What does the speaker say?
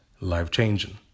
life-changing